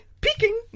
peeking